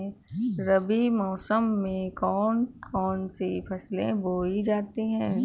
रबी मौसम में कौन कौन सी फसलें बोई जाती हैं?